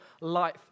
life